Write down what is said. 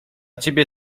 ciebie